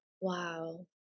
wow